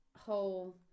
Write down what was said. whole